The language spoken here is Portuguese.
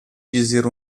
dizer